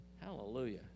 hallelujah